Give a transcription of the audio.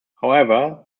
however